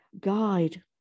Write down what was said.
guide